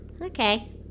Okay